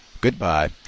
Goodbye